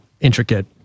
intricate